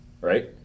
Right